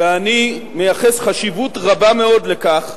ואני מייחס חשיבות רבה מאוד לכך